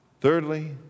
Thirdly